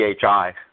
PHI